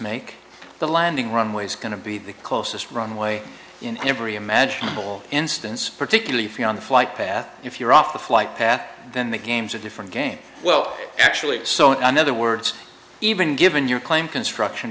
make the landing runways going to be the closest runway in every imaginable instance particularly if you're on the flight path if you're off the flight path then the game's a different game well actually so in other words even given your claim construction